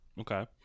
Okay